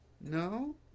No